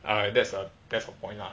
I that's a that's a point lah